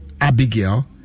Abigail